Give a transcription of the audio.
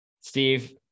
Steve